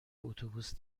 اتوبوس